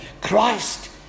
Christ